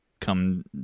come